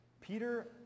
Peter